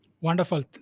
Wonderful